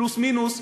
פלוס מינוס,